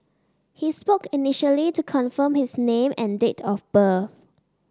he spoke initially to confirm his name and date of birth